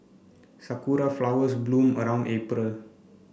sakura flowers bloom around April